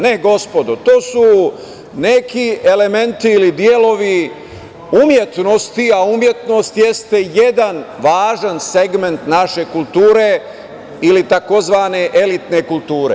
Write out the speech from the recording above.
Ne, gospodo, to su neki elementi ili delovi umetnosti, a umetnost jeste jedan važan segment naše kulture, ili tzv. elitne kulture.